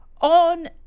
On